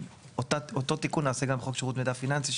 אותו תיקון נעשה גם בחוק שירות מידע פיננסי.